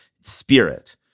spirit